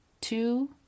Two